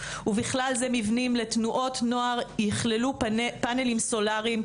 ובכלל זה מבנים לתנועות נוער יכללו פאנלים סולריים.